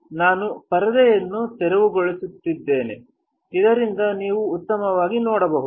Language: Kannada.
ನಾನು ಪರದೆಯನ್ನು ತೆರವುಗೊಳಿಸುತ್ತಿದ್ದೇನೆ ಇದರಿಂದ ನೀವು ಉತ್ತಮವಾಗಿ ನೋಡಬಹುದು